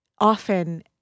often